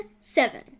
seven